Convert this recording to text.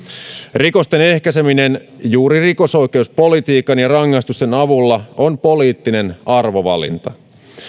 rikosten ehkäiseminen juuri rikosoikeuspolitiikan ja rangaistusten avulla on poliittinen arvovalinta